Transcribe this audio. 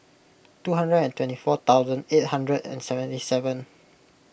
two hundred and twenty four thousand eight hundred and seventy seven